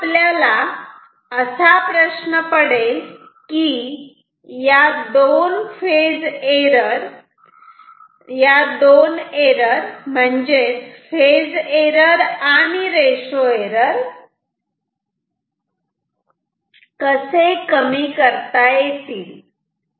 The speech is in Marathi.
आता आपल्याला असा प्रश्न पडेल की या दोन फेज एरर आणि रेशो एरर कसे कमी करता येतील